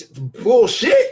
bullshit